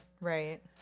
Right